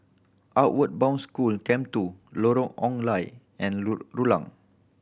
Outward Bound School Camp Two Lorong Ong Lye and Rulang